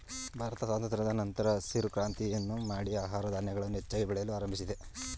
ಭಾರತ ಸ್ವಾತಂತ್ರದ ನಂತರ ಹಸಿರು ಕ್ರಾಂತಿಯನ್ನು ಮಾಡಿ ಆಹಾರ ಧಾನ್ಯಗಳನ್ನು ಹೆಚ್ಚಾಗಿ ಬೆಳೆಯಲು ಆರಂಭಿಸಿದೆ